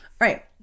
Right